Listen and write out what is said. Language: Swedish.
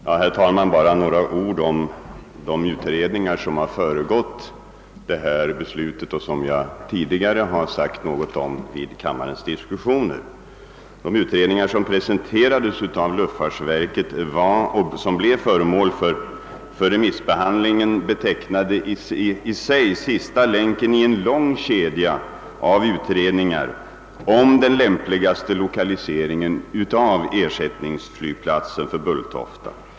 Herr talman! Jag vill bara säga några ord om de utredningar som har föregått detta beslut och som jag tidigare omnämnt vid kammarens diskussioner. De utredningar som presenterades av luftfartsverket och som blev föremål för remissbehandling utgjorde den sista länken i en lång kedja av utredningar om den lämpligaste lokaliseringen av ersättningsflygplats för Bulltofta.